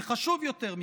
וחשוב יותר מכך,